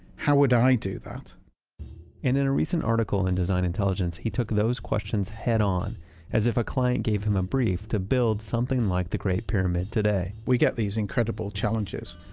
how would i do that? and in a recent article in designintelligence, he took those questions head-on. as if a client gave him a brief to build something like the great pyramid today we get these incredible challenges,